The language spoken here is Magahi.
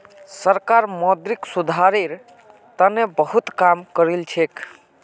सरकार मौद्रिक सुधारेर तने बहुत काम करिलछेक